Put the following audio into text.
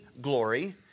glory